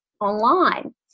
online